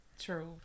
True